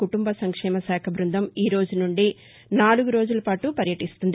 కుటుంబ సంక్షేమ శాఖ బృందం ఈ రోజు నుండి నాలుగు రోజుల పాటు వర్యలీస్తుంది